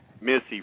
Missy